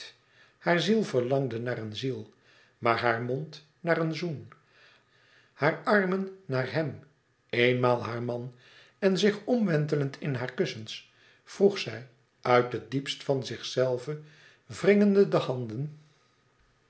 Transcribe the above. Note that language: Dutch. haar ziel verlangde maar een ziel maar haar mond naar een zoen haar armen naar hèm éenmaal haar man en zich omwentelend in hare kussens vroeg zij uit het diepst van zich zelve wringend de handen